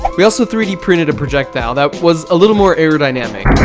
we also three d printed a projectile that was a little more aerodynamic.